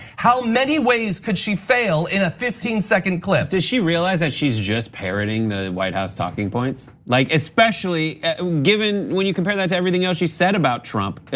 how many ways could she fail in a fifteen second clip? does she realize that she's just parroting the white house talking points? like especially given, when you compare that to everything else she's said about trump,